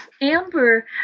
Amber